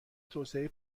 توسعه